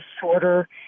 shorter